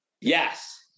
Yes